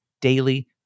daily